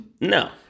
No